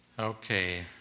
Okay